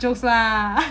jokes lah